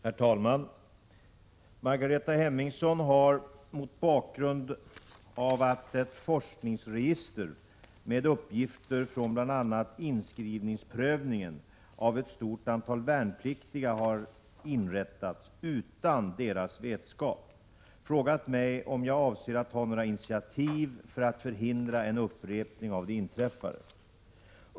Herr talman! Margareta Hemmingsson har — mot bakgrund av att ett forskningsregister med uppgifter från bl.a. inskrivningsprövningen av ett stort antal värnpliktiga har inrättats utan deras vetskap — frågat mig om jag avser att ta några initiativ för att förhindra en upprepning av det inträffade.